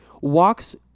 walks